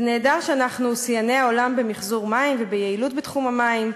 זה נהדר שאנחנו שיאני העולם במחזור מים וביעילות בתחום המים,